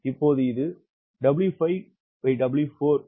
இப்போது இது 𝑊5W4 தெரியும்